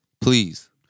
Please